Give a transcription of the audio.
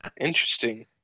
Interesting